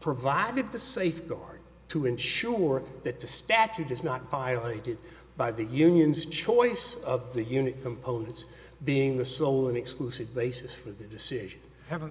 provided the safeguard to ensure that the statue does not violated by the union's choice of the unit components being the sole and exclusive basis for the decision haven't